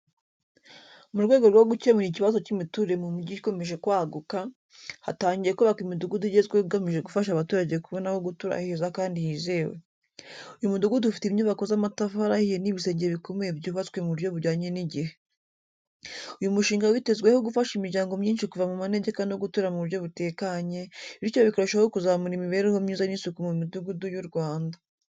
Mu rwego rwo gukemura ikibazo cy’imiturire mu mijyi ikomeje kwaguka, hatangiye kubakwa imidugudu igezweho igamije gufasha abaturage kubona aho gutura heza kandi hizewe. Uyu mudugudu ufite inyubako z’amatafari ahiye n’ibisenge bikomeye byubatswe mu buryo bujyanye n’igihe. Uyu mushinga witezweho gufasha imiryango myinshi kuva mu manegeka no gutura mu buryo butekanye, bityo bikarushaho kuzamura imibereho myiza n’isuku mu midugudu y’u Rwanda.